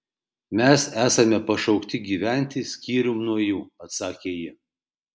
mes esame pašaukti gyventi skyrium nuo jų atsakė ji